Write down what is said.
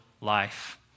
life